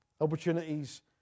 Opportunities